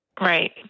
Right